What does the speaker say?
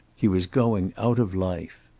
he was going out of life.